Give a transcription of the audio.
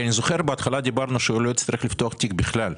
אני זוכר שבהתחלה דיברנו על כך שהוא לא יצטרך לפתוח תיק בכלל.